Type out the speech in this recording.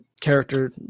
character